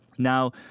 Now